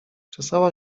czesała